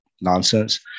Nonsense